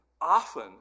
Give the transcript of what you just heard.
often